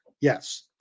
Yes